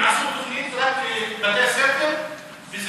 עשו רק בתי ספר וזהו.